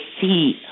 see